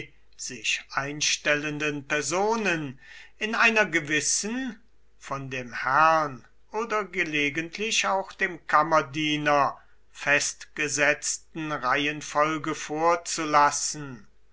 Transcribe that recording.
sich einstellenden personen in einer gewissen von dem herrn oder gelegentlich auch dem kammerdiener festgesetzten reihenfolge vorzulassen